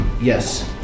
yes